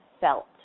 felt